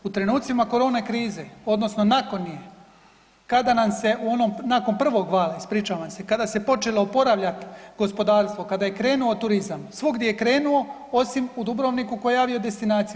U trenucima korona krize odnosno nakon nje, kada nam se u onom, nakon prvog vala, ispričavam se, kada se počelo oporavljat gospodarstvo, kada je krenuo turizam, svugdje je krenuo osim u Dubrovniku koji je aviodestinacija.